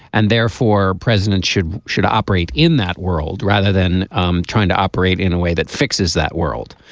and therefore presidents should should operate in that world rather than um trying to operate in a way that fixes that world.